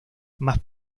más